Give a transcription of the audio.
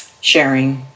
sharing